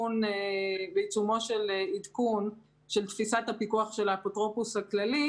בעיצומו של עדכון של תפיסת הפיקוח של האפוטרופוס הכללי,